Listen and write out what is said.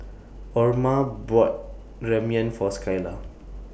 Orma bought Ramyeon For Skylar